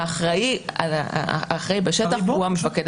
כשהוא נמצא בשטחים פלסטיניים,